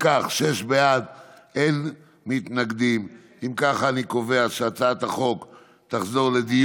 (מסלול ברירת מחדל בהפקדות לחיסכון ארוך טווח לילד),